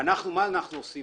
מה אנחנו עושים?